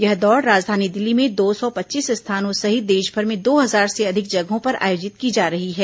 यह दौड़ राजधानी दिल्ली में दो सौ पच्चीस स्थानों सहित देशभर में दो हजार से अधिक जगहों पर आयोजित की जा रही है